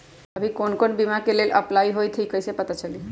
अभी कौन कौन बीमा के लेल अपलाइ होईत हई ई कईसे पता चलतई?